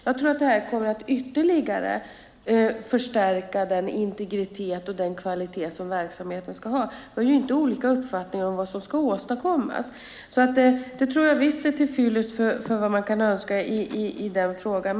Jag tror att det här kommer att ytterligare förstärka den integritet och den kvalitet som verksamheten ska ha. Vi har ju inte olika uppfattningar om vad som ska åstadkommas. Jag tror visst att detta är till fyllest för vad man kan önska i den frågan.